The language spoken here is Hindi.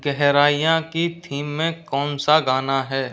गहराईयाँ की थीम में कौन सा गाना है